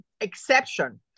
exception